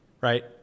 right